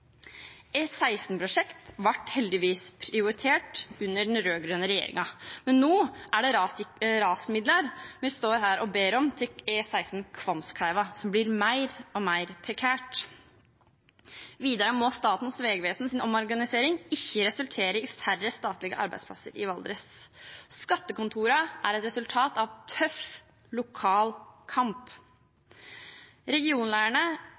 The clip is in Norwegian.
ble heldigvis prioritert under den rød-grønne regjeringen. Men nå er det rassikringsmidler til E16 Kvamskleiva vi står her og ber om, noe som blir mer og mer prekært. Videre må Statens vegvesens omorganisering ikke resultere i færre statlige arbeidsplasser i Valdres. Skattekontorene er et resultat av tøff lokal kamp.